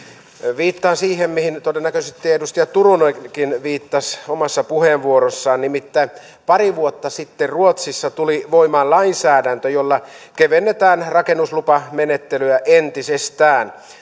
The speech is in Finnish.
viittaan siihen mihin todennäköisesti edustaja turunenkin viittasi omassa puheenvuorossaan nimittäin pari vuotta sitten ruotsissa tuli voimaan lainsäädäntö jolla kevennetään rakennuslupamenettelyä entisestään